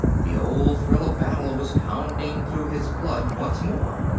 the old thrill of battle was pounding through his blood once more.